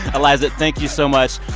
iliza, thank you so much.